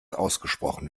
ausgesprochen